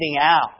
out